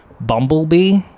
Bumblebee